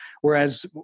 Whereas